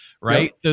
Right